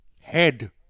Head